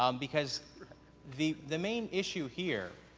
um because the the main issue here,